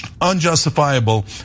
unjustifiable